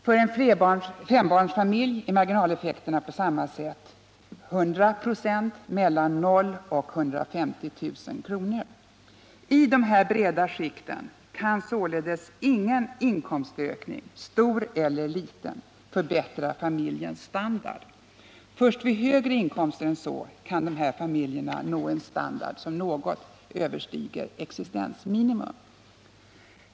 För en fembarnsfamilj är marginaleffekterna på samma sätt ungefär 100 96 mellan 0 och 150 000 kr. I dessa breda skikt kan således ingen inkomstökning, stor eller liten, förbättra familjens standard. Först vid högre inkomster än så kan dessa familjer nå en standard som något överstiger existensminimum.